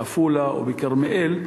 בעפולה ובכרמיאל,